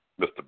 Mr